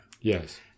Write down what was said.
yes